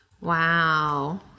Wow